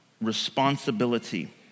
Responsibility